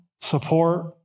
support